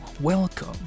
welcome